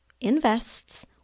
invests